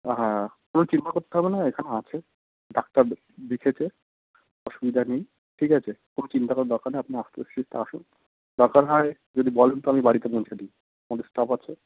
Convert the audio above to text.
হ্যাঁ কোনও চিন্তা করতে হবে না ও এখানে আছে ডাক্তার দে দেখেছে অসুবিধা নেই ঠিক আছে কোনও চিন্তা করার দরকার নেই আপনি আস্তে আস্তে আসুন দরকার হয় যদি বলেন তো আমি বাড়িতে পৌঁছে দিই আমাদের স্টাফ আছে